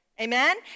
Amen